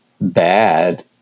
bad